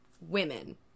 women